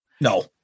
no